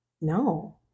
No